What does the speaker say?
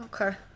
okay